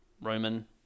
Roman